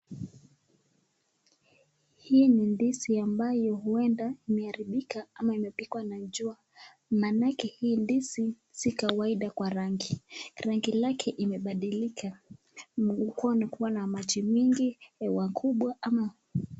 Hii ni ndizi ambayo uenda imearibika ama imepikwa na jua manake hii ndizi zii kawaida Kwa rangi hii rangi lake imepandilika ilikuwa na maji mingi wakubwa ama.